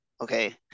Okay